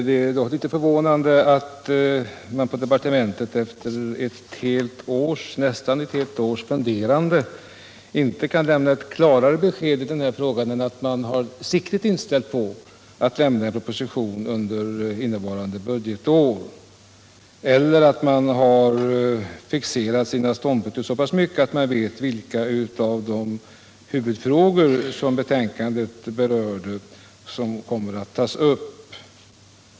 Det är litet förvånande att departementet efter nästan ett helt års funderande inte kan lämna ett klarare besked i denna fråga än att man har siktet inställt på att lämna en proposition under innevarande budgetår och att man inte fixerat sina ståndpunkter så pass mycket att man vet vilka av de huvudfrågor som betänkandet berörde som kommer att tas upp.